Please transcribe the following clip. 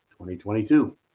2022